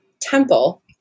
temple